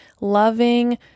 loving